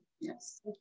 Yes